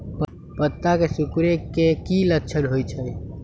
पत्ता के सिकुड़े के की लक्षण होइ छइ?